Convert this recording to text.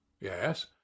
Yes